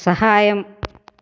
సహాయం